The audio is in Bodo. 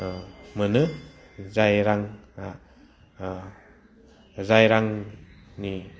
मोनो जाय रांआ जाय रांनि